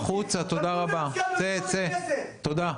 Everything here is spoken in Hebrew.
החוצה תודה רבה, צא צא תודה.